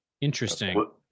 Interesting